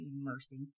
mercy